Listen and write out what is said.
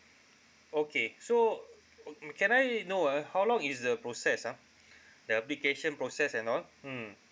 okay so um can I know ah how long is the process ah the application process and all mm